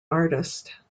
artist